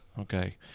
Okay